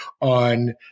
on –